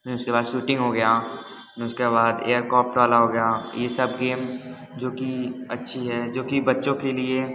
फिर उसके बाद शूटिंग हो गया उसके बाद एयर क्रॉफ्ट वाला हो गया ये सब गेम जो कि अच्छी है जो कि बच्चो के लिए